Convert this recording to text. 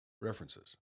references